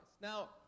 Now